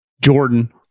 Jordan